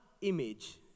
image